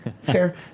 fair